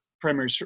primary